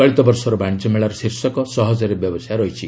ଚଳିତବର୍ଷର ବାଣିଜ୍ୟମେଳାର ଶୀର୍ଷକ 'ସହଜରେ ବ୍ୟବସାୟ' ରହିଛି